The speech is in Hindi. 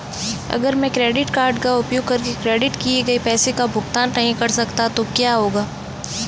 अगर मैं क्रेडिट कार्ड का उपयोग करके क्रेडिट किए गए पैसे का भुगतान नहीं कर सकता तो क्या होगा?